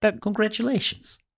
Congratulations